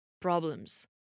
problems